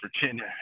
Virginia